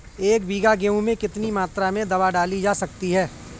एक बीघा गेहूँ में कितनी मात्रा में दवा डाली जा सकती है?